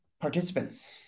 participants